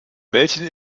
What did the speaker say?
welchen